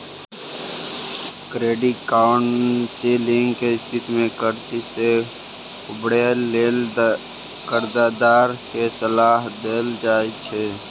credit counselling के स्थिति में कर्जा से उबरय लेल कर्जदार के सलाह देल जाइ छइ